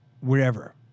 wherever